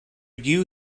you